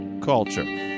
Culture